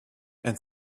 and